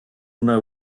know